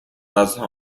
وزن